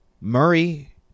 Murray